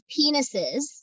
penises